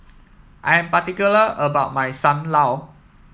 I'm particular about my Sam Lau